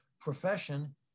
profession